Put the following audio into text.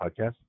podcast